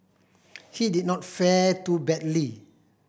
he did not fare too badly